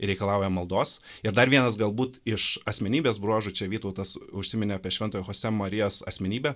ir reikalauja maldos ir dar vienas galbūt iš asmenybės bruožų čia vytautas užsiminė apie šventojo chosė marijos asmenybę